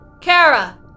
Kara